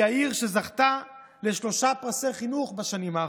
היא העיר שזכתה לשלושה פרסי חינוך בשנים האחרונות,